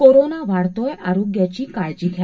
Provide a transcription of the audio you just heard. corona वाढतोय आरोग्याची काळजी घ्या